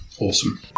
Awesome